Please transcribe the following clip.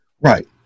Right